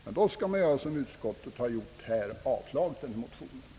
Men då skall man göra som utskottet har föreslagit, nämligen avslå motionen.